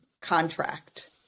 contract